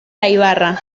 laibarra